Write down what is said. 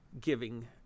giving